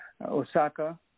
Osaka